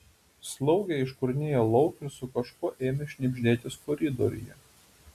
slaugė iškurnėjo lauk ir su kažkuo ėmė šnibždėtis koridoriuje